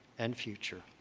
and future.